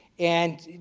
and,